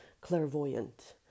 clairvoyant